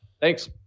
Thanks